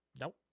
Nope